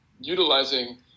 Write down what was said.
utilizing